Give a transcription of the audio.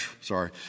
Sorry